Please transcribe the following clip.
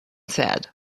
said